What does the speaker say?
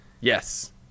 yes